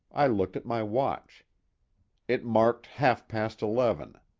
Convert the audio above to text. i looked at my watch it marked half-past eleven.